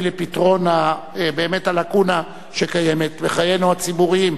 לפתרון הלקונה שקיימת בחיינו הציבוריים.